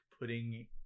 putting